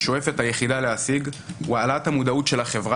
ששואפת היחידה להשיג ,הוא העלאת המודעות של החברה